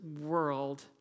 world